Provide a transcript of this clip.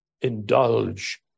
indulge